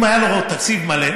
אם היה לו תקציב מלא,